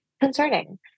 concerning